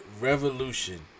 Revolution